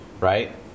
right